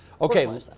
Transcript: Okay